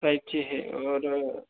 five G है और